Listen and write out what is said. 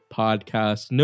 podcast